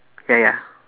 ya ya